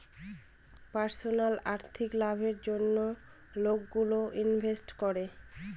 personal আর্থিক লাভের জন্য লোকগুলো ইনভেস্ট করে